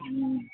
हूँ